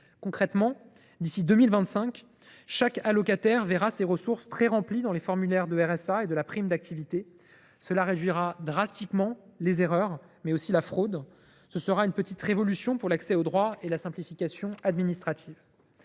Concrètement, d’ici à 2025, chaque allocataire verra ses ressources préremplies dans les formulaires du RSA et de la prime d’activité. Cela réduira drastiquement les erreurs, mais aussi la fraude. Ce sera une petite révolution pour l’accès aux droits et la simplification administrative.